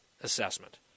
assessment